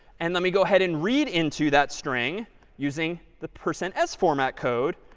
and let me go ahead and read into that string using the percent s format code,